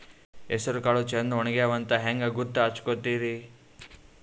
ಹೆಸರಕಾಳು ಛಂದ ಒಣಗ್ಯಾವಂತ ಹಂಗ ಗೂತ್ತ ಹಚಗೊತಿರಿ?